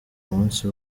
munsi